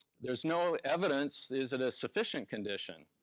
there's no evidence, is it a sufficient condition?